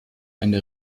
eine